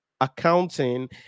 accounting